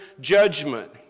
judgment